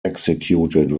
executed